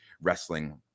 wrestling